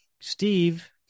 Steve